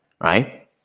right